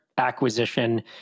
acquisition